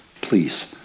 please